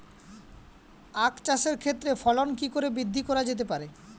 আক চাষের ক্ষেত্রে ফলন কি করে বৃদ্ধি করা যেতে পারে?